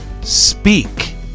speak